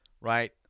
Right